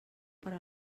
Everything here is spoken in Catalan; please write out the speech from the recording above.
per